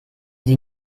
sie